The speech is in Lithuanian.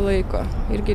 laiko irgi